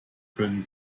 können